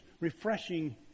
refreshing